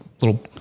little